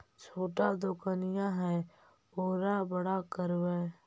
छोटा दोकनिया है ओरा बड़ा करवै?